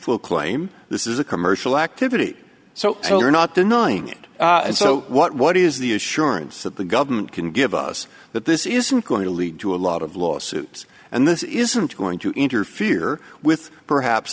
will claim this is a commercial activity so we're not denying it and so what what is the assurance that the government can give us that this isn't going to lead to a lot of lawsuits and this isn't going to interfere with perhaps